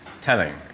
telling